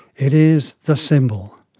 it is the symbol.